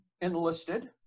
enlisted